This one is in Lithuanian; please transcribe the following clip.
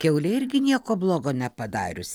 kiaulė irgi nieko blogo nepadariusi